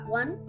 one